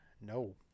No